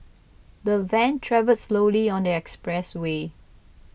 the van travelled slowly on the expressway